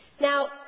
Now